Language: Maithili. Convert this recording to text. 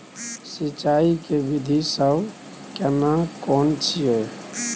सिंचाई के विधी सब केना कोन छिये?